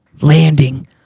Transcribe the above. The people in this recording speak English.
landing